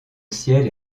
ciel